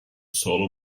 solo